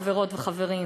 חברות וחברים,